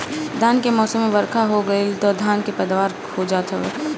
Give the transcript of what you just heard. धान के मौसम में बरखा हो गईल तअ धान के पैदावार हो जात हवे